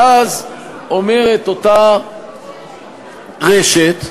ואז אומרת אותה רשת: